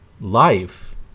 life